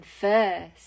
first